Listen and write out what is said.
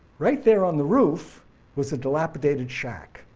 right there on the roof was a dilapidated shack.